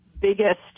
biggest